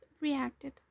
reacted